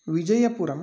Vijayapuram